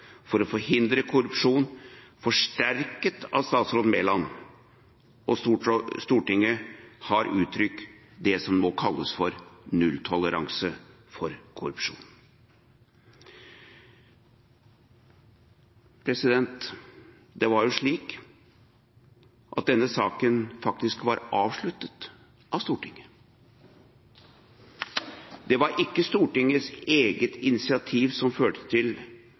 for å forhindre korrupsjon forsterket av statsråd Mæland, og Stortinget har uttrykt det som må kalles nulltoleranse for korrupsjon. Denne saken var faktisk avsluttet fra Stortingets side. Det var ikke Stortingets eget initiativ som førte til